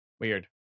Weird